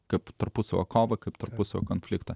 kad tarpusavio kovą kaip tarpusavio konfliktą